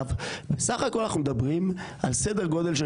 בסך הכול אנחנו מדברים על סדר גודל של